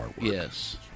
Yes